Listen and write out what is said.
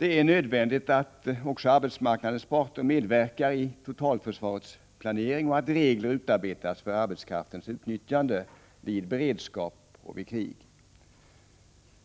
Det är nödvändigt att också arbetsmarknadens parter medverkar i totalförsvarets planering och att regler utarbetas för arbetskraftens utnyttjande vid beredskap och krig.